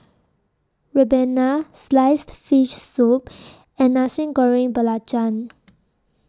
Ribena Sliced Fish Soup and Nasi Goreng Belacan